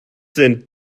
sind